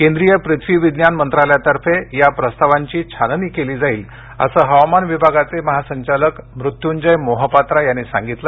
केंद्रीय पृथ्वी विज्ञान मंत्रालयातर्फे या प्रस्तावांची छाननी केली जाईल असं हवामान विभागाचे महासंचालक मृत्यूंजय मोहपात्रा यांनी सांगितलं